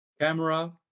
camera